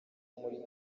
muri